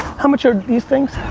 how much are these things?